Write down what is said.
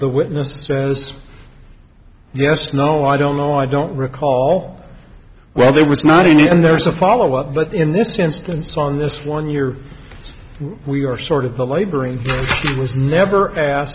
the witness says yes no i don't know i don't recall well there was not even there was a follow up but in this instance on this one year we are sort of laboring it was never ask